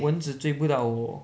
蚊子追不到我